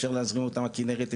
אפשר להזרים אותם מהכינרת,